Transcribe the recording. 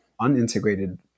unintegrated